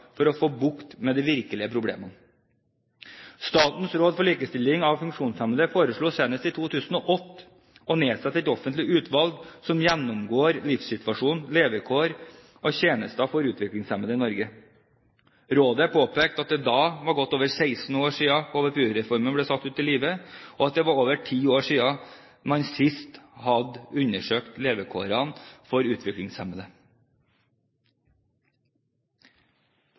for å få bukt med de virkelige problemene. Statens råd for likestilling av funksjonshemmede foreslo senest i 2008 å nedsette et offentlig utvalg som gjennomgår livssituasjonen, levekår og tjenester for utviklingshemmede i Norge. Rådet påpekte at det da var gått over 16 år siden HVPU-reformen ble satt ut i livet, og at det var over ti år siden man sist hadde undersøkt levekårene for utviklingshemmede.